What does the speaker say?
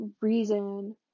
reason